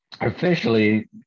officially